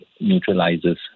neutralizes